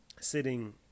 sitting